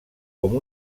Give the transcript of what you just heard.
com